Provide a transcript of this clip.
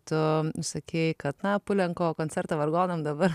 tu sakei kad tą pulenko koncerto vargonams dabar